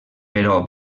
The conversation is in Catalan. però